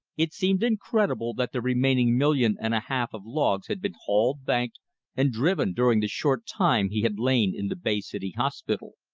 it seemed incredible that the remaining million and a half of logs had been hauled, banked and driven during the short time he had lain in the bay city hospital.